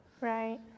Right